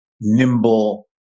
nimble